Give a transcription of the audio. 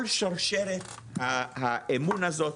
כל שרשרת האמון הזאת,